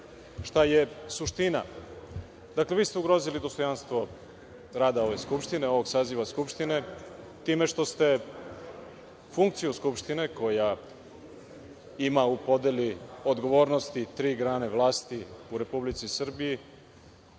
šta je suština. Dakle, Vi ste ugrozili dostojanstvo rada ove Skupštine, ovog saziva Skupštine, time što ste funkciju Skupštine koja ima u podeli odgovornosti tri grane vlasti u Republici Srbiji